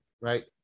right